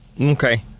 Okay